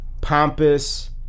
pompous